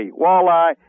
walleye